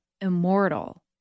immortal